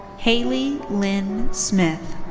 haley lynn smith.